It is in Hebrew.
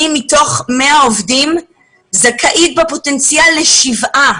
מתוך 100 עובדים, אני זכאית בפוטנציאל לשבעה